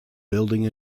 building